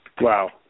Wow